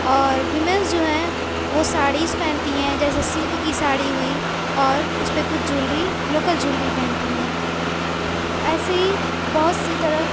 اور ویمنس جو ہیں وہ ساڑیز پہنتی ہیں جیسے سلک کی ساڑی ہوئی اور اس پہ کچھ جولری لوکل جولری پہنتی ہیں ایسے ہی بہت سی طرح